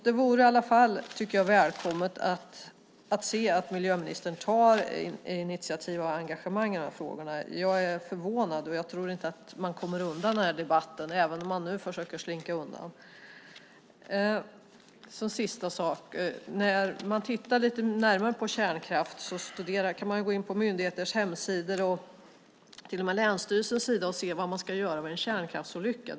Det vore välkommet om miljöministern tog initiativ och visade engagemang i frågorna. Jag är förvånad. Jag tror inte att man kommer undan debatten, även om man nu försöker slinka undan. När man tittar lite närmare på kärnkraft kan man gå in på myndigheters hemsidor, till och med på länsstyrelsens sida, och se vad man ska göra vid en kärnkraftsolycka.